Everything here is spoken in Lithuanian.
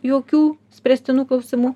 jokių spręstinų klausimų